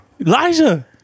Elijah